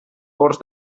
forns